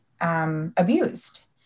Abused